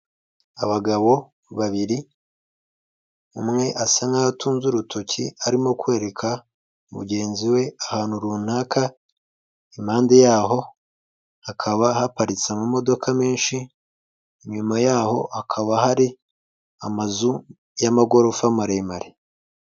Abagabo babiri, umwe asa nkaho atunze urutoki, arimo kwereka mugenzi we ahantu runaka, impande yaho hakaba haparitse amamodoka menshi, inyuma yaho hakaba hari amazu y'amagorofa maremare.